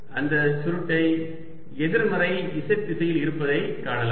எனவே அந்த சுருட்டை எதிர்மறை z திசையில் இருப்பதை காணலாம்